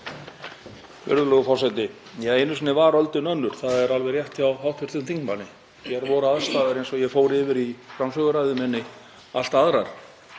Virðulegur forseti. Einu sinni var öldin önnur, það er alveg rétt hjá hv. þingmanni. Hér voru aðstæður, eins og ég fór yfir í framsöguræðu minni, allt aðrar